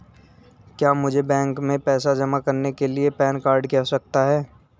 क्या मुझे बैंक में पैसा जमा करने के लिए पैन कार्ड की आवश्यकता है?